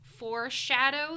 Foreshadow